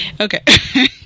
Okay